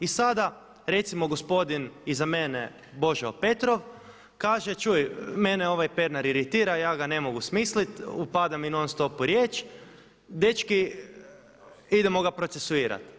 I sada recimo gospodin iza mene Božo Petrov kaže, čuj mene ovaj Pernar iritira ja ga ne mogu smisliti, upada mi non stop u riječ, dečki idemo ga procesuirati.